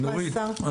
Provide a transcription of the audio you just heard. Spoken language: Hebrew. נורית,